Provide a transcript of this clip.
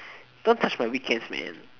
don't touch my weekends man